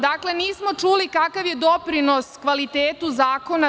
Dakle, nismo čuli kakav je doprinos kvalitetu zakona…